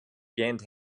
gained